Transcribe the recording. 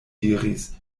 diris